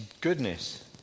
goodness